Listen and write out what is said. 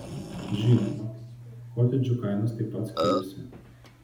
žinoma kotedžų kainos taip pat skiriasi